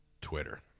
twitter